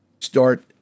start